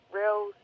real